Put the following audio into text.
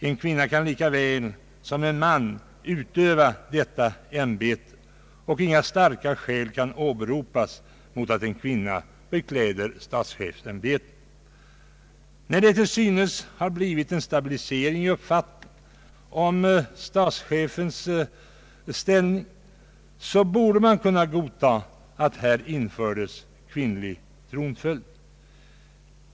En kvinna kan lika väl som en man utöva deita ämbete och inga starka skäl kan åberopas mot att en kvinna bekläder statschefsämbetet. När det till synes har blivit en stabilisering i uppfattningen om statschefens ställning borde man kunna godta att här infördes kvinnlig tronföljd.